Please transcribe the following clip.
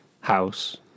house